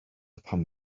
pam